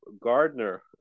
Gardner